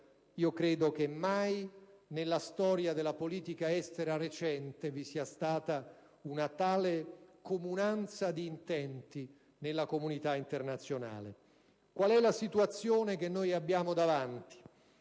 credo che mai nella storia della politica estera recente vi sia stata una tale comunanza di intenti nella comunità internazionale. Qual è la situazione che abbiamo davanti?